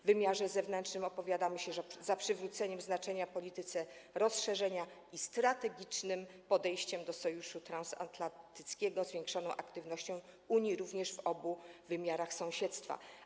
W wymiarze zewnętrznym opowiadamy się za przywróceniem znaczenia polityce rozszerzenia i strategicznym podejściem do sojuszu transatlantyckiego, zwiększoną aktywnością Unii również w obu wymiarach sąsiedztwa.